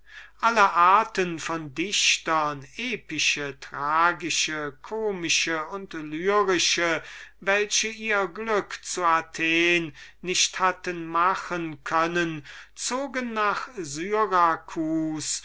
alle arten von dichtern epische tragische komische lyrische welche ihr glück zu athen nicht hatten machen können zogen nach syracus